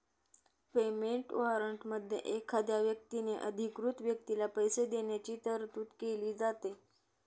payment वॉरंटमध्ये एखाद्या व्यक्तीने अधिकृत व्यक्तीला पैसे देण्याची तरतूद केली जाते